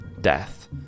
death